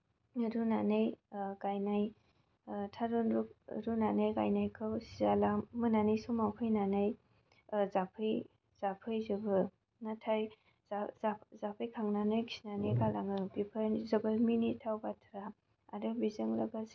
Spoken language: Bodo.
रुनानै गायनाय थारुन रुनानै गायनायखौ सियालआ मोनानि समाव फैनानै जाफैजोबो नाथाय जाफैखांनानै खिनानै गालाङो बेफोर जोबोर मिनिथाव बाथ्रा आरो बेजों लोगोसे